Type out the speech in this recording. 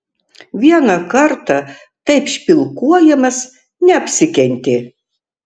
vieną kartą taip špilkuojamas neapsikentė